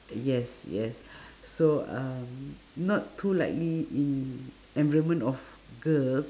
yes yes so um not too likely in environment of girls